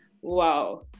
wow